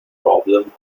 problem